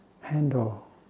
handle